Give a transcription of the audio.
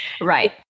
Right